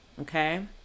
Okay